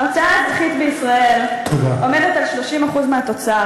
ההוצאה האזרחית בישראל היא 30% מהתוצר,